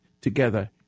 together